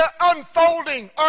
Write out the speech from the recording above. unfolding